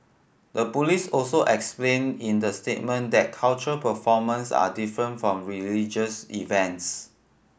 the police also explained in the statement that cultural performance are different from religious events